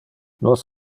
nos